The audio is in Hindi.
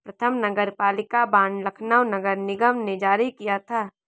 प्रथम नगरपालिका बॉन्ड लखनऊ नगर निगम ने जारी किया था